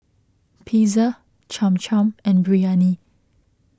Pizza Cham Cham and Biryani